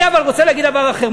אני רוצה להגיד דבר אחר.